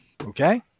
Okay